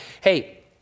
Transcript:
Hey